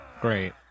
Great